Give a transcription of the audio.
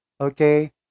okay